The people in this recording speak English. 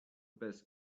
best